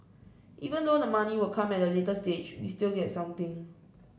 even though the money will come at a later stage we still get something